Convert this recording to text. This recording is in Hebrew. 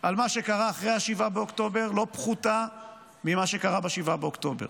על מה שקרה אחרי 7 באוקטובר לא פחותה ממה שקרה ב-7 באוקטובר.